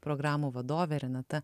programų vadovė renata